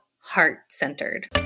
heart-centered